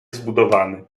zbudowany